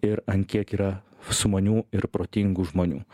ir ant kiek yra sumanių ir protingų žmonių